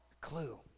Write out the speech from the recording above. Clue